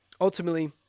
ultimately